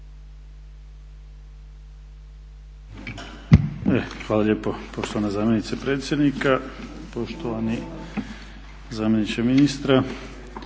Hvala lijepo poštovana zamjenice predsjednika. Poštovani zamjeniče ministra,